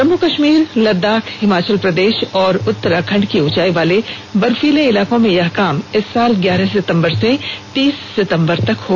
जम्मे कश्मीार लद्दाख हिमाचल प्रदेश और उत्तमराखंड के ऊंचाई वाले बर्फीले इलाकों में यह काम इस साल ग्यारह सितंबर से तीस सितंबर तक होगा